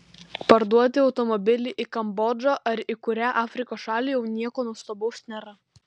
parduoti automobilį į kambodžą ar į kurią afrikos šalį jau nieko nuostabaus nėra